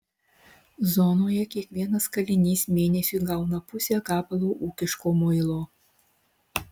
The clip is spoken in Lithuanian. zonoje kiekvienas kalinys mėnesiui gauna pusę gabalo ūkiško muilo